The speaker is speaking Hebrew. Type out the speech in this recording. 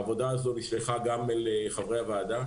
העבודה הזו נשלחה גם אל חברי הוועדה.